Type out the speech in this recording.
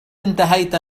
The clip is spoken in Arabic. انتهيت